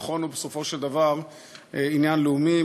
הביטחון הוא בסופו של דבר עניין לאומי,